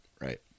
Right